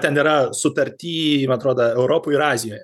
ten yra sutarty man atrodo europoj ir azijoje